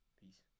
peace